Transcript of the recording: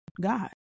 God